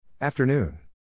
Afternoon